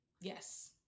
yes